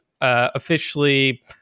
officially